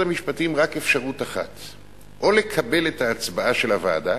המשפטים רק אפשרות אחת: או לקבל את ההצבעה של הוועדה